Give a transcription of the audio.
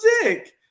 sick